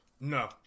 No